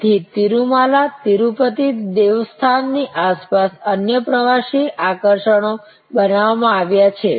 તેથી તિરુમાલા તિરુપતિ દેવસ્થાનની આસપાસ અન્ય પ્રવાસી આકર્ષણો બનાવવામાં આવ્યા છે